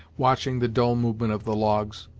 watching the dull movement of the logs.